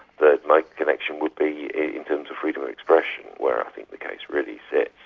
that my connection would be in terms of freedom of expression where i think the case really sits.